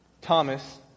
Thomas